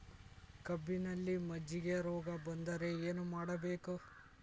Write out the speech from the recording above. ಕಬ್ಬಿನಲ್ಲಿ ಮಜ್ಜಿಗೆ ರೋಗ ಬಂದರೆ ಏನು ಮಾಡಬೇಕು?